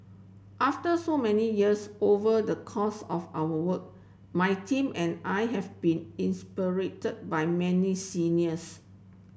after so many years over the course of our work my team and I have been by many seniors